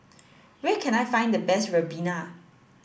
Where can I find the best ribena